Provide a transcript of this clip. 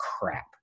crap